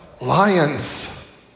lions